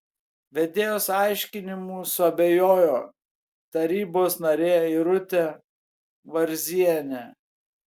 vedėjos aiškinimu suabejojo tarybos narė irutė varzienė